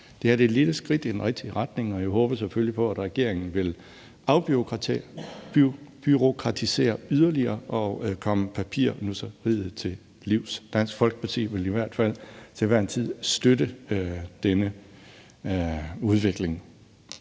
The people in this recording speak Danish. her er et lille skridt i den rigtige retning, og jeg håber selvfølgelig på, at regeringen vil afbureaukratisere yderligere og komme papirnusseriet til livs. Dansk Folkeparti vil i hvert fald til hver en tid støtte denne udvikling.